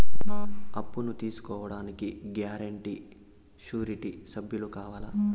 అప్పును తీసుకోడానికి guarantee, surety సభ్యులు కావాలా?